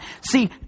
See